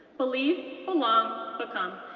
believe, belong, become,